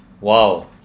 Wow